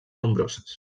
nombroses